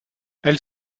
elle